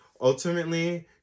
Ultimately